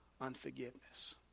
unforgiveness